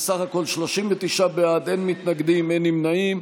בסך הכול 39 בעד, אין מתנגדים, אין נמנעים.